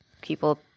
people